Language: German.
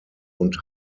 und